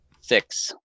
Six